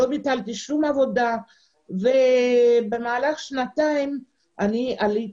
לא ביטלתי שום עבודה ובמהלך השנתיים הייתי